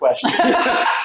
question